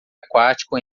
aquático